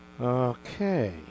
Okay